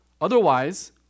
Otherwise